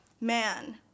man